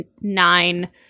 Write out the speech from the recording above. nine